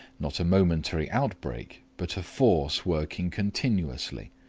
not a momentary outbreak, but a force working continuously.